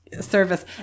Service